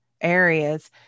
areas